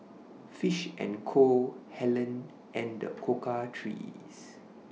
Fish and Co Helen and The Cocoa Trees